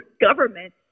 government